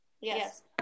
Yes